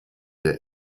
der